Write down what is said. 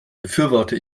befürworte